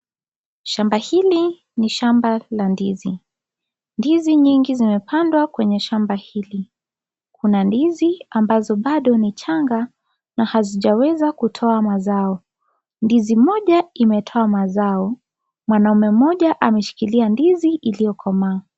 Shamba hili ni shamba la ndizi. Ndizi nyingi zimepandwa kwenye shamba hili. Kuna ndizi ambazo bado ni changa na hazijaweza kutoa mazao. Ndizi moja imetoa mazao. Mwanaume mmoja ameshikilia ndizi iliyokomaa.